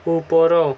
ଉପର